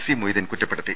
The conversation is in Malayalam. സി മൊയ്തീൻ കുറ്റപ്പെടു ത്തി